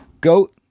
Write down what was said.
goat